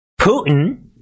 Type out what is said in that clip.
Putin